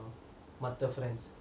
மத்த:matha friends